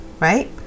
right